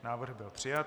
Návrh byl přijat.